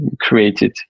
created